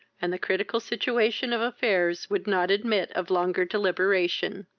and the critical situation of affairs would not admit of longer deliberation.